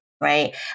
right